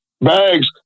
bags